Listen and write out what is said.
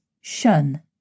shun